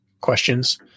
questions